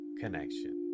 connection